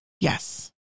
Yes